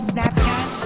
Snapchat